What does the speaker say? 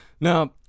Now